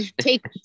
Take